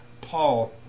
Paul